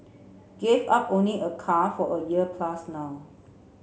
gave up owning a car for a year plus now